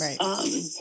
Right